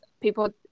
people